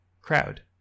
crowd